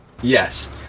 Yes